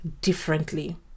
differently